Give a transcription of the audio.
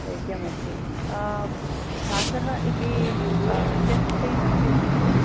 शैत्यमस्ति खासः इति chest pain अस्ति वा महोदय